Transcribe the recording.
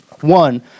One